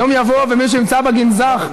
יום יבוא ומישהו ימצא בגנזך,